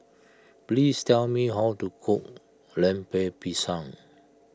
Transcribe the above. please tell me how to cook Lemper Pisang